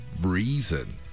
reason